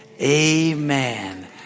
Amen